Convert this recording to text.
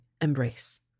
embrace